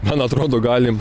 man atrodo galim